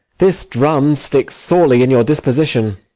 this drum sticks sorely in your disposition.